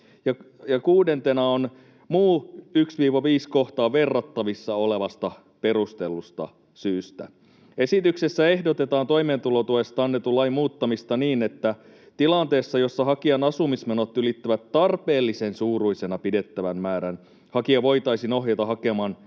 kuudentena on ”muusta 1—5 kohtaan verrattavissa olevasta perustellusta syystä”. Esityksessä ehdotetaan toimeentulotuesta annetun lain muuttamista niin, että tilanteessa, jossa hakijan asumismenot ylittävät tarpeellisen suuruisena pidettävän määrän, hakija voitaisiin ohjata hakemaan